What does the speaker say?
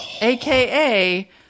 aka